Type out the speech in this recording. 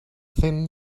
thin